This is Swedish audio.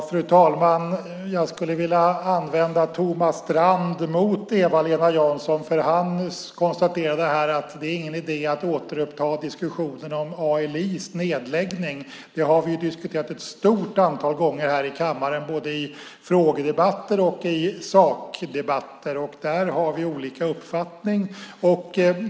Fru talman! Jag skulle vilja använda Thomas Strand mot Eva-Lena Jansson. Han konstaterade här att det inte är någon idé att återuppta diskussionen om ALI:s nedläggning. Denna nedläggning har vi diskuterat ett stort antal gånger här i kammaren, både i frågedebatter och i sakdebatter. Där har vi olika uppfattning.